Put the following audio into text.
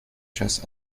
chess